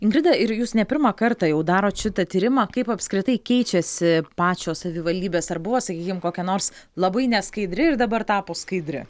ingrida ir jūs ne pirmą kartą jau darot šitą tyrimą kaip apskritai keičiasi pačios savivaldybės ar buvo sakykim kokia nors labai neskaidri ir dabar tapo skaidri